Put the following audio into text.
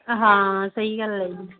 ਹਾਂ ਸਹੀ ਗੱਲ ਹੈ ਜੀ